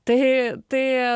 tai tai